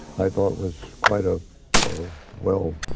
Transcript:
i thought, was quite a well